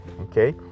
Okay